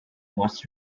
was